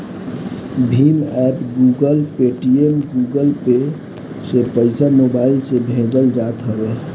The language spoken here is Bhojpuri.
Bhim app, Google, Paytm, Google Pay से पईसा मोबाईल से भेजल जात हवे